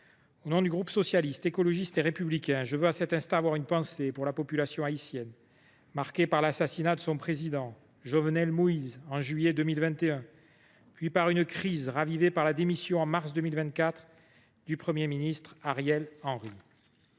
Au nom du groupe Socialiste, Écologiste et Républicain, je veux à cet instant avoir une pensée pour la population haïtienne, touchée par l’assassinat de son président Jovenel Moïse en juillet 2021, puis par une crise ravivée par la démission en mars 2024 du Premier ministre Ariel Henry